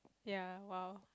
ya wow